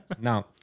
now